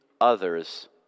others